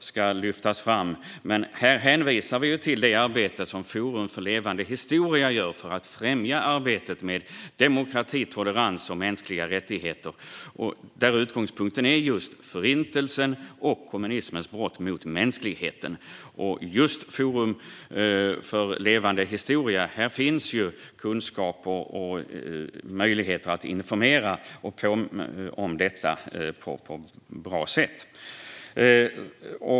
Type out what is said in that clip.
Men här hänvisar vi till det arbete som Forum för levande historia gör för att främja arbetet med demokrati, tolerans och mänskliga rättigheter där utgångspunkten är just Förintelsen och kommunismens brott mot mänskligheten. Just hos Forum för levande historia finns kunskap och möjligheter att informera om detta på ett bra sätt.